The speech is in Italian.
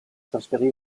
trasferì